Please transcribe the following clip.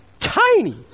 tiny